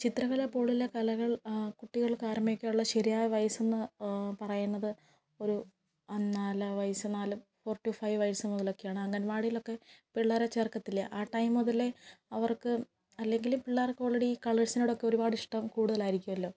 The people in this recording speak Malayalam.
ചിത്രകല പോലുള്ള കലകൾ കുട്ടികൾക്ക് ആരംഭിക്കാനുള്ള ശരിയായ വയസ്സെന്ന് പറയുന്നത് ഒരു നാലര വയസ്സ് നാല് ഫോർ ടു ഫൈവ് വയസ്സ് മുതലൊക്കെയാണ് അംഗൻവാടിയിലൊക്കെ പിള്ളേരെ ചേർക്കത്തില്ലേ ആ ടൈം മുതലേ അവർക്ക് അല്ലെങ്കില് പിള്ളേർക്ക് ഓൾറെഡി കളേഴ്സിനോടൊക്കെ ഒരുപാട് ഇഷ്ടം കൂടുതലായിരിക്കുമല്ലോ